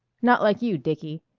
not like you, dicky.